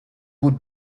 would